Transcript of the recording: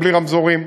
בלי רמזורים,